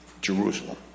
Jerusalem